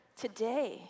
today